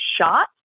shot